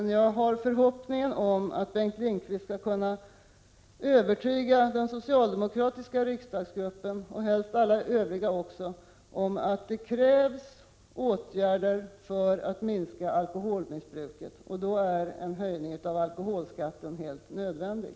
Jag har en förhoppning om att Bengt Lindqvist skall kunna övertyga den socialdemokratiska riksdagsgruppen, och helst också alla övriga, om att det krävs åtgärder för att minska alkoholmissbruket. En höjning av alkoholskatten är då helt nödvändig.